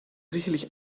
sicherlich